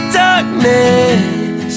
darkness